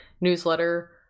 newsletter